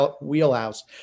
wheelhouse